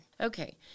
Okay